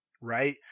right